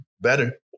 better